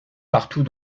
partout